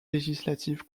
législatives